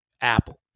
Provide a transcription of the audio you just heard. apple